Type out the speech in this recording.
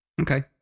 Okay